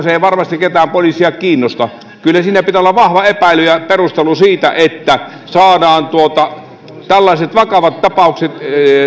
se ei varmasti ketään poliisia kiinnosta kyllä siinä pitää olla vahva epäily ja perustelu siitä että saadaan tällaiset vakavat tapaukset